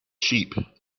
sheep